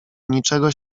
niczego